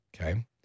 okay